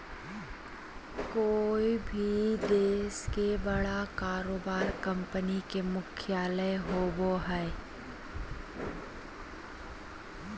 कोय भी देश के बड़ा कारोबारी कंपनी के मुख्यालय होबो हइ